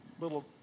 little